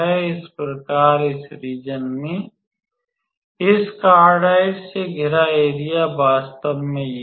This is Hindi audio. इस प्रकार इस रीज़न में इस कार्डियोइड से घिरा एरिया वास्तव में ये है